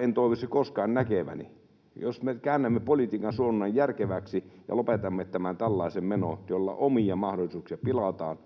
en toivoisi koskaan näkeväni. Jos me käännämme politiikan suunnan järkeväksi ja lopetamme tämän tällaisen menon, jolla omia mahdollisuuksia pilataan...